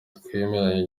twamenyanye